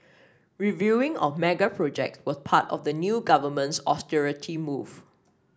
reviewing of mega projects was part of the new government's austerity move